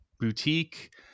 boutique